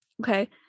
Okay